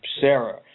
Sarah